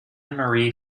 marie